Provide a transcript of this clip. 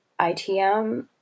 ITM